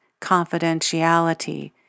confidentiality